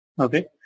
okay